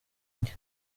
njye